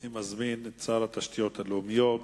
אני מזמין את שר התשתיות הלאומיות,